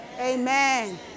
Amen